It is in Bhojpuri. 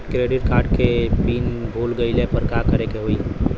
क्रेडिट कार्ड के पिन भूल गईला पर का करे के होई?